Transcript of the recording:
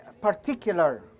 particular